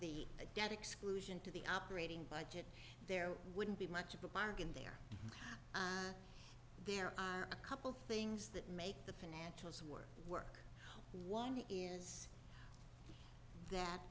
the debt exclusion to the operating budget there wouldn't be much of a bargain there there are a couple things that make the finance work work one is that